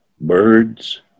birds